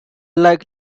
like